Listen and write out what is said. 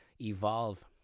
evolve